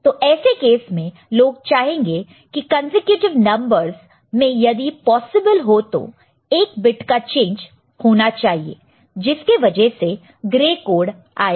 तो ऐसे केस में लोग चाहेंगे की कंसेक्युटिव नंबरों में यदि पॉसिबल हो तो 1 बिट का चेंज होना चाहिए जिसके वजह से ग्रे कोड आया